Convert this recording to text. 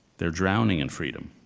they're drowning in freedom.